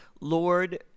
Lord